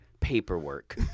paperwork